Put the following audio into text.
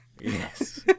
Yes